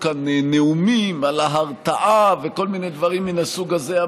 כאן נאומים על ההרתעה וכל מיני דברים מן הסוג הזה.